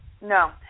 No